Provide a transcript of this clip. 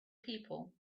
people